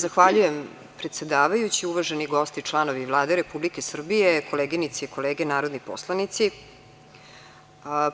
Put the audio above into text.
Zahvaljujem predsedavajući, uvaženi gosti i članovi Vlade Republike Srbije, koleginice i kolege narodni poslanici,